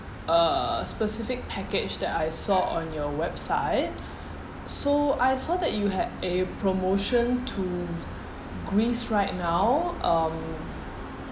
uh specific package that I saw on your website so I saw that you had a promotion to greece right now um